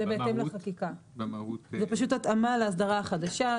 זה פשוט התאמה לאסדרה החדשה,